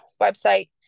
website